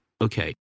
Okay